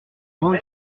grande